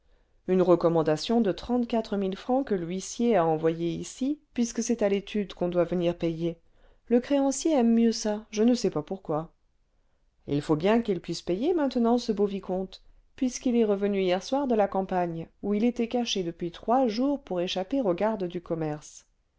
une recommandation de trente-quatre mille francs que l'huissier a envoyée ici puisque c'est à l'étude qu'on doit venir payer le créancier aime mieux ça je ne sais pas pourquoi il faut bien qu'il puisse payer maintenant ce beau vicomte puisqu'il est revenu hier soir de la campagne où il était caché depuis trois jours pour échapper aux gardes du commerce